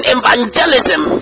evangelism